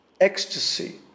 ecstasy